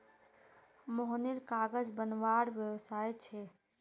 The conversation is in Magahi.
मोहनेर कागज बनवार व्यवसाय छे